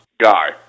guy